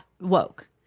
woke